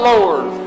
Lord